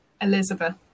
elizabeth